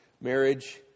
marriage